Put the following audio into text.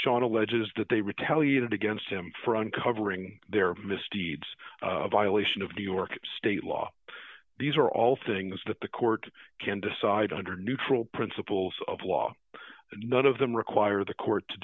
shawn alleges that they retaliated against him for uncovering their misdeeds a violation of the york state law these are all things that the court can decide under neutral principles of law none of them require the court to